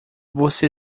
você